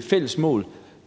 fælles mål,